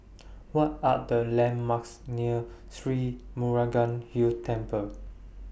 What Are The landmarks near Sri Murugan Hill Temple